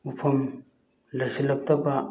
ꯎꯐꯝ ꯂꯩꯁꯤꯜꯂꯛꯇꯕ